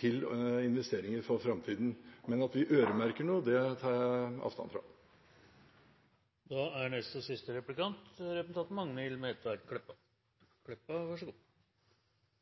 til investeringer for framtiden. Men at vi øremerker noe, det tar jeg avstand fra. Eg vil spørja representanten Gundersen om korleis det eigentleg følast å fronta eit alternativ til dagens regjering, eit alternativ som er så